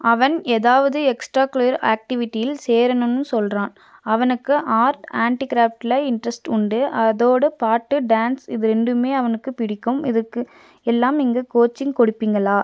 அவன் ஏதாவது எக்ஸ்ட்ராக்குலர் ஆக்டிவிட்டியில் சேரணும்னு சொல்கிறான் அவனுக்கு ஆர்ட் ஆண்ட்டிக்ராஃப்ட்டில் இண்ட்ரெஸ்ட் உண்டு அதோடய பாட்டு டான்ஸ் இது ரெண்டுமே அவனுக்கு பிடிக்கும் இதுக்கு எல்லாம் இங்கே கோச்சிங் கொடுப்பீங்களா